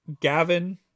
Gavin